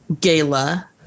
gala